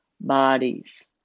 bodies